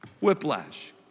Whiplash